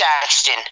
Saxton